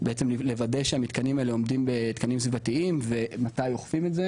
זה בעצם לוודא שהמתקנים האלה עומדים בתקנים סביבתיים ומתי אוכפים את זה?